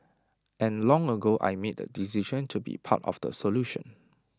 and long ago I made the decision to be part of the solution